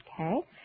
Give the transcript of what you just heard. okay